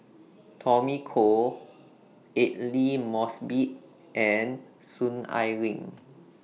Tommy Koh Aidli Mosbit and Soon Ai Ling